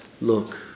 look